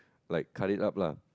like cut it up lah